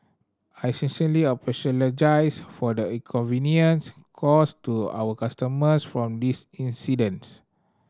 I sincerely apologise for the inconvenience caused to our customers from this incidents